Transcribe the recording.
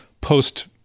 post